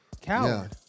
Coward